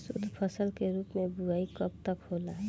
शुद्धफसल के रूप में बुआई कब तक होला?